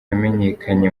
yamenyekanye